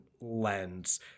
lens